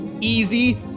easy